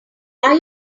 are